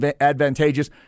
advantageous